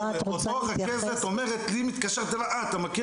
לא רואה את אותה הרכזת מתקשרת אליי ושואלת אותי 'אתה מכיר